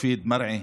מופיד מרעי,